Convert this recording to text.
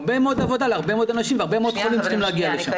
הרבה מאוד עבודה להרבה מאוד אנשים והרבה מאוד חולים צריכים להגיע לשם.